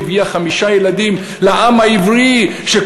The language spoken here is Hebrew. היא הביאה חמישה ילדים לעם העברי.